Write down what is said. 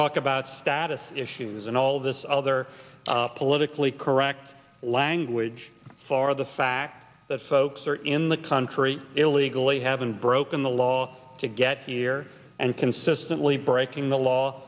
talk about status issues and all of this other politically correct language for the fact that folks are in the country illegally haven't broken the law to get here and consistently breaking